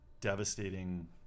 devastating